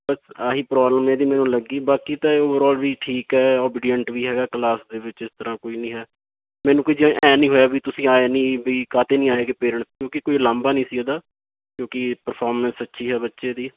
ਬਸ ਆਹੀ ਪ੍ਰੋਬਲਮ ਇਹਦੀ ਮੈਨੂੰ ਲੱਗੀ ਬਾਕੀ ਤਾਂ ਇਹ ਓਵਰਆਲ ਵੀ ਠੀਕ ਹੈ ਓਬੀਡੀਐਂਟ ਵੀ ਹੈਗਾ ਕਲਾਸ ਦੇ ਵਿੱਚ ਇਸ ਤਰ੍ਹਾਂ ਕੋਈ ਨਹੀਂ ਹੈ ਮੈਨੂੰ ਕੋਈ ਜੇ ਐਂ ਨਹੀਂ ਹੋਇਆ ਵੀ ਤੁਸੀਂ ਆਏ ਨਹੀਂ ਵੀ ਕਾਹਤੇ ਨਹੀਂ ਆਏ ਹੈਗੇ ਪੇਰੈਂਟਸ ਕਿਉਂਕਿ ਕੋਈ ਉਲਾਂਬਾ ਨਹੀਂ ਸੀ ਇਹਦਾ ਕਿਉਂਕਿ ਇਹ ਪਰਫੋਰਮੈਂਸ ਅੱਛੀ ਹੈ ਬੱਚੇ ਦੀ